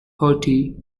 hearty